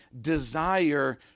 desire